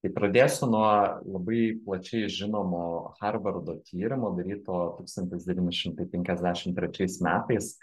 tai pradėsiu nuo labai plačiai žinomo harvardo tyrimo daryto tūkstantis devyni šimtai penkiasdešim trečiais metais